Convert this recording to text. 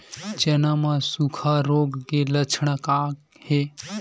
चना म सुखा रोग के लक्षण का हे?